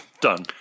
Done